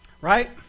right